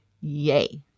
Yay